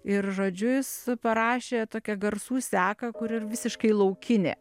ir žodžiu jis parašė tokią garsų seką kuri ir visiškai laukinė